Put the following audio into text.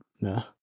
No